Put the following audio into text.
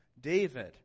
David